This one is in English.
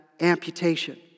amputation